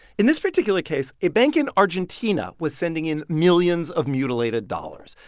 in this particular case, a bank in argentina was sending in millions of mutilated dollars.